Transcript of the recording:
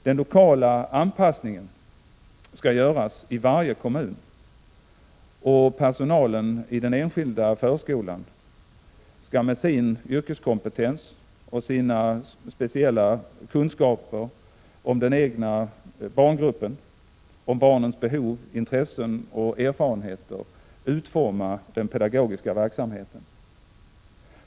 Den lokala anpassningen skall göras i varje kommun, och personalen i den enskilda förskolan skall med sin yrkeskompetens och sina speciella kunskaper om den egna barngruppen och barnens behov, intressen och erfarenheter utforma den pedagogiska verksamheten.